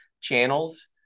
channels